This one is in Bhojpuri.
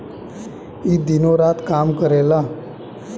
ई दिनो रात काम करेला